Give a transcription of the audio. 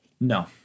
No